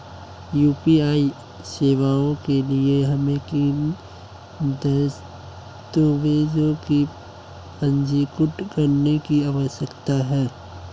UPI सेवाओं के लिए हमें किन दस्तावेज़ों को पंजीकृत करने की आवश्यकता है?